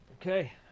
Okay